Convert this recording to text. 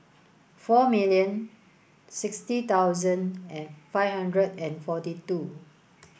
four million sixty thousand and five hundred and forty two